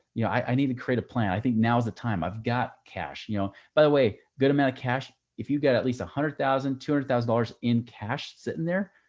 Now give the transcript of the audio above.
you know, i, i need to create a plan. i think now's the time i've got cash you know, by the way, good amount of cash. if you've got at least a hundred thousand, two hundred thousand dollars in cash sitting there,